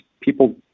people